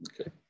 Okay